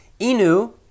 Inu